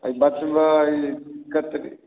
बचवा ई ककड़ी